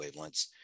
wavelengths